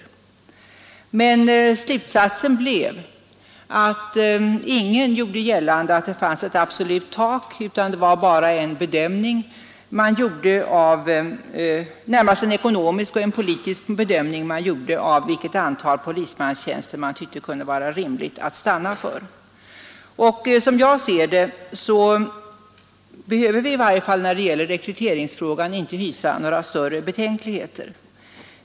Ingen gjorde emellertid gällande att det fanns ett absolut tak, utan det var närmast en ekonomisk och politisk bedömning man gjorde av vilket antal polismanstjänster det kunde vara rimligt att stanna för. Som jag ser det behöver vi i varje fall när det gäller rekryteringsfrågan inte hysa några större betänkligheter.